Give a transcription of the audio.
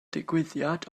ddigwyddiad